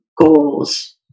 goals